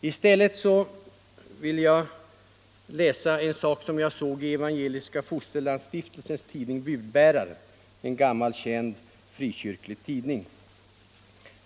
I stället vill jag citera Evangeliska fosterlandsstiftelsens tidning Budbäraren, en gammal välkänd frikyrklig tidning.